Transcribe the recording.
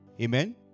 Amen